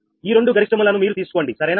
ఈ రెండు గరిష్ట ములను మీరు తీసుకోండి సరేనా